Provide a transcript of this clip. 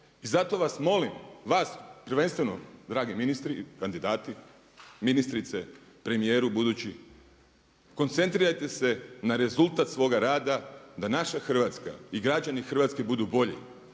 I zato vas molim, vas prvenstveno dragi ministri, kandidati, ministrice, premijeru budući, koncentrirajte se na rezultat svoga rada da naša Hrvatska i građani Hrvatske budu bolji